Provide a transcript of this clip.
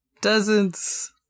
Dozens